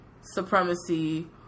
supremacy